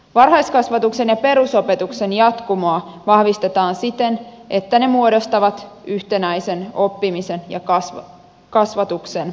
varhaiskasvatuksen ja perusopetuksen jatkumoa vahvistetaan siten että ne muodostavat yhtenäisen oppimisen ja kasvatuksen polun